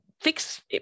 fix